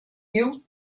you